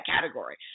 category